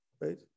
right